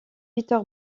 peter